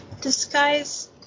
Disguise